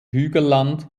hügelland